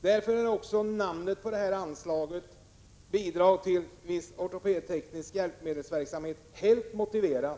Därför är också namnet på anslaget — Bidrag till viss ortopedteknisk hjälpmedelsverksamhet — helt motiverat.